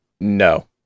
No